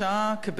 כבן-זוג,